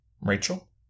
Rachel